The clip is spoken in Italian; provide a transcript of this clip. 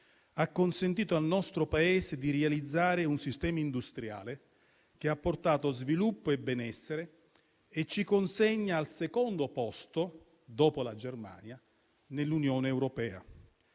ha consentito al nostro Paese di realizzare un sistema industriale che ha portato sviluppo e benessere e ci consegna al secondo posto, dopo la Germania, nell'Unione europea.